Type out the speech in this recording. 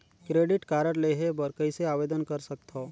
Credit card लेहे बर कइसे आवेदन कर सकथव?